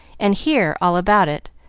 and hear all about it,